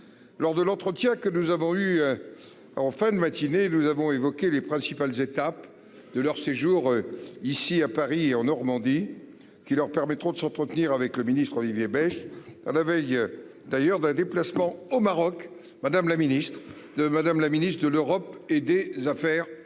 Lors de l'entretien que nous avons eu. En fin de matinée, nous avons évoqué les principales étapes de leur séjour ici à Paris et en Normandie. Qui leur permettront de s'entretenir avec le ministre Olivier. À la veille d'ailleurs d'un déplacement au Maroc, madame la Ministre, de Madame la Ministre de l'Europe et des Affaires étrangères.